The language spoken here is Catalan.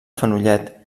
fenollet